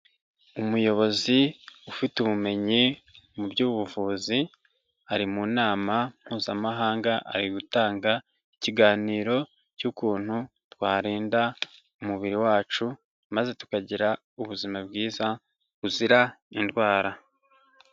Umuyobozi ufite ubumenyi mu by'ubuvuzi ari mu nama mpuzamahanga, ari gutanga ikiganiro cy'ukuntu twarinda umubiri wacu maze tukagira ubuzima bwiza buzira indwara.